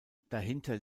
dahinter